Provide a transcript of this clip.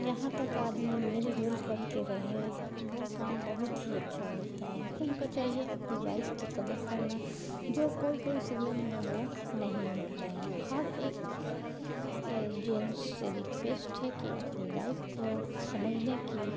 जहाँ तक आदमी मिल जुलकर के रहें वह काम बहुत ही अच्छा होता है हसबेन्ड को चाहिए अपनी वाइफ़ की क़दर करना जो कोई कोई सीरियल में वह नहीं होता है हर एक ये जेन्स से रिक्वेस्ट है कि अपनी वाइफ़ को समझने की